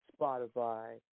Spotify